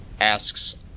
asks